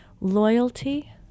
loyalty